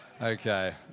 Okay